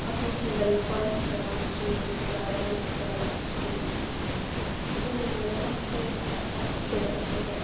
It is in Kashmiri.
اَتھ منٛز چھِ یُس زَن یہِ پَن چھِ پٮ۪وان سُہ چھِ لوٗکھ زالان بَناوان چھِس ژِنہِ یُس زَن یہِ موسم چھِ یہِ چھِ آسان اَکٹوٗبَرَس منٛز